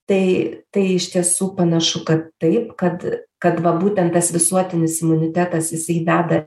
tai tai iš tiesų panašu kad taip kad kad va būtent tas visuotinis imunitetas jisai veda